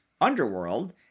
underworld